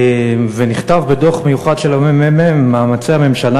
ונכתב בדוח מיוחד של הממ"מ: מאמצי הממשלה